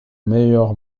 meilleur